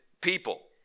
people